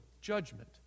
judgment